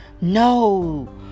No